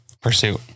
pursuit